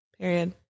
Period